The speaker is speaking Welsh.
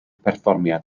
perfformiad